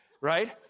right